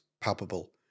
palpable